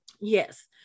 Yes